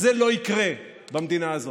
אז זה לא יקרה במדינה הזאת.